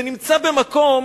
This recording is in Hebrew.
זה נמצא במקום